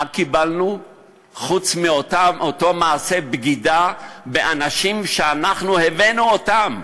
מה קיבלנו חוץ מאותו מעשה בגידה באנשים שאנחנו הבאנו אותם?